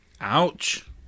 Ouch